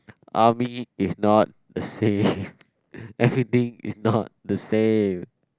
army is not the same everything is not the same